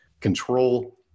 control